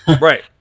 right